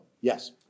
Yes